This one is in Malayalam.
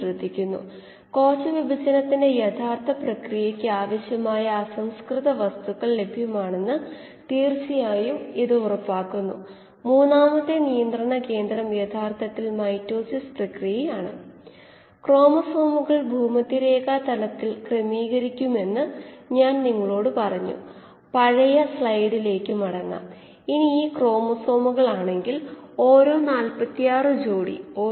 അതിനാൽ വ്യവസായത്തിൽ തുടർച്ചയായ പ്രവർത്തനത്തിലേക്ക് മാറുന്നതിലൂടെ മൂന്നോ നാലോ ഇരട്ടി ഉൽപാദനക്ഷമത പ്രതീക്ഷിക്കാം പക്ഷേ ഒരു തുടർച്ചയായ മോഡിൽ പ്രവർത്തിക്കുന്നതിന് ഒരു ബാച്ച് മോഡിൽ പ്രവർത്തിക്കുന്നതിനേക്കാൾ വളരെയധികം പരിശ്രമം ആവശ്യമാണ് അത്കൊണ്ട് വ്യവസായങ്ങൾ ഒരു ബാച്ചിനെ ഇഷ്ടപ്പെടുന്നു